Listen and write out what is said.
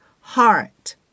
heart